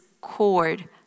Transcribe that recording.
cord